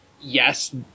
yes